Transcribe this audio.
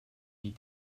need